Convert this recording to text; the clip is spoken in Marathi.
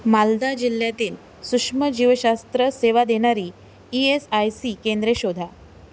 मालदा जिल्ह्यातील सूक्ष्म जीवशास्त्र सेवा देणारी ई एस आय सी केंद्रे शोधा